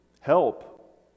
Help